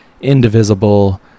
indivisible